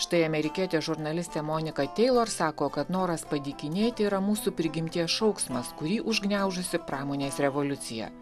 štai amerikietė žurnalistė monika teilor sako kad noras padykinėti yra mūsų prigimties šauksmas kurį užgniaužusi pramonės revoliucija